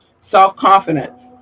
Self-confidence